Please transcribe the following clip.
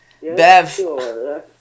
Bev